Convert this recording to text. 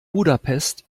budapest